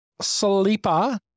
sleeper